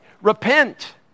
Repent